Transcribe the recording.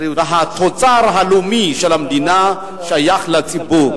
והתוצר הלאומי של המדינה שייך לציבור.